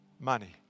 money